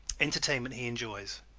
entertainment he enjoys